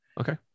Okay